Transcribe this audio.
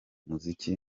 muziki